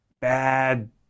bad